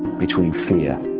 between fear,